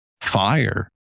fire